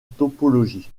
topologie